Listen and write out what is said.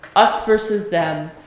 us versus them,